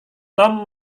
tom